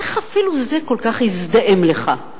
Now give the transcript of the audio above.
איך אפילו זה כל כך הזדהם לך?